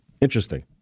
Interesting